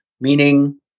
meaning